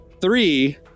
three